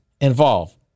involve